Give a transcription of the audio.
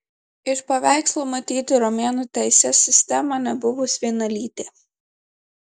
iš paveikslo matyti romėnų teisės sistemą nebuvus vienalytę